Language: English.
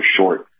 short